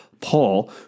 Paul